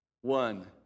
One